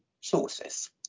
sources